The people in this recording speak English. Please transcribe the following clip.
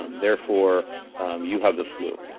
um therefore you have the flu.